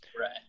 Right